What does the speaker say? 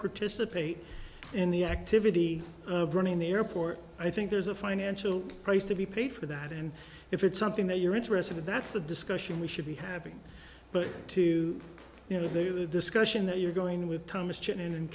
participate in the activity of running the airport i think there's a financial price to be paid for that and if it's something that you're interested in that's a discussion we should be having but to you know the discussion that you're going with thomas chin and